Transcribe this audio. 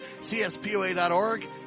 CSPOA.org